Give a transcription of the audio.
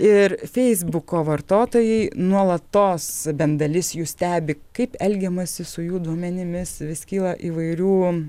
ir feisbuko vartotojai nuolatos bent dalis jų stebi kaip elgiamasi su jų duomenimis vis kyla įvairių